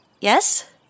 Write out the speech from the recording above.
Yes